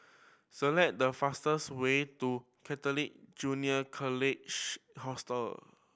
select the fastest way to Catholic Junior College Hostel